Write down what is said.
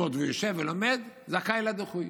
שרוצה ללמוד ויושב ולומד זכאי לדיחוי.